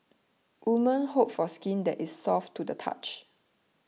women hope for skin that is soft to the touch